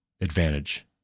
Advantage